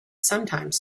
sometimes